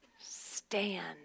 stand